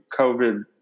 COVID